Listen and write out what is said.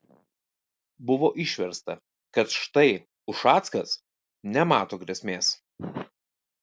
buvo išversta kad štai ušackas nemato grėsmės